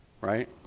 Right